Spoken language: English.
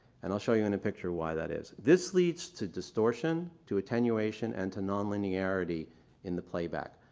and i'll show you in a picture why that is. this leads to distortion, to attenuation, and to non-linearity in the playback.